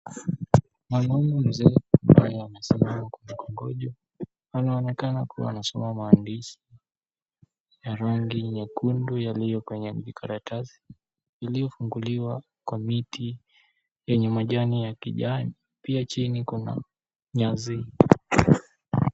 Mwanaume mzee amesimama huku akingoja. Anaonekana kuwa anasoma maandishi ya rangi nyekundu yaliyo kwenye karatasi iliyofunguliwa kwa miti yenye majani ya kijani. Pia chini kuna nyasi.